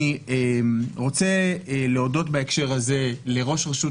אני רוצה להודות בהקשר הזה לראש רשות